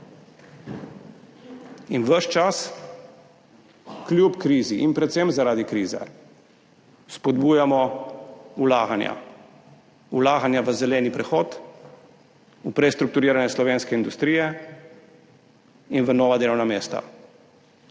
In ves čas, kljub krizi in predvsem zaradi krize spodbujamo vlaganja, vlaganja v zeleni prehod, v prestrukturiranje slovenske industrije in v nova delovna mesta.